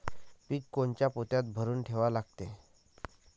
पीक कोनच्या पोत्यात भरून ठेवा लागते?